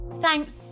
Thanks